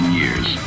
years